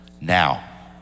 now